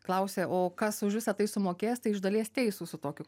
klausė o kas už visa tai sumokės tai iš dalies teisūs su tokiu